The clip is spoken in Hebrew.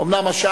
הדרך מוסדרת